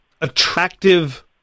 attractive